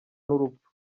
n’urupfu